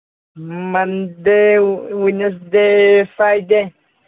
Monday Wednesday Friday